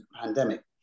pandemic